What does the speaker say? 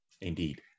Indeed